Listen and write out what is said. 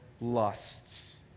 lusts